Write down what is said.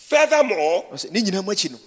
Furthermore